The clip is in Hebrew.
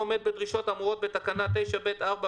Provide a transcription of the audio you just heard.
ותקבע מכסה אישית כאמור באותה פסקה לתקנת משנה (א)